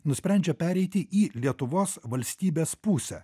nusprendžia pereiti į lietuvos valstybės pusę